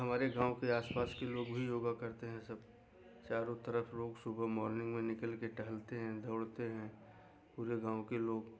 हमारे गाँव के आस पास के लोग भी योग करते हैं सब चारों तरफ लोग सुबह मॉर्निंग में निकाल कर टहलते हैं दौड़ते हैं पूरे गाँव के लोग